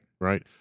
Right